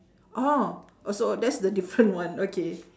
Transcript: orh oh so that's the different one okay